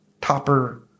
Topper